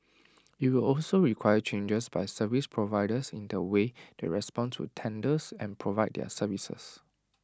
IT will also require changes by service providers in the way they respond to tenders and provide their services